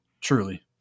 truly